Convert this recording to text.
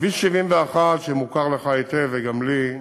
כביש 71, שמוכר לך היטב, וגם לי,